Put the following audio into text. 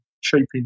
shaping